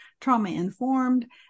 trauma-informed